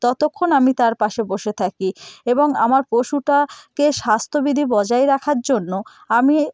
ততক্ষণ আমি তার পাশে বসে থাকি এবং আমার পশুটাকে স্বাস্থ্যবিধি বজায় রাখার জন্য আমি